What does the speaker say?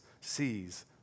sees